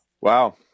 Wow